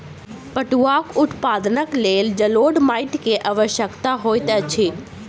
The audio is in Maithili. पटुआक उत्पादनक लेल जलोढ़ माइट के आवश्यकता होइत अछि